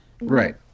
right